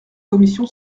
commission